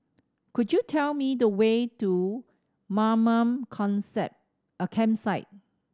could you tell me the way to Mamam Campsite